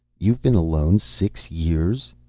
you've been alone six years?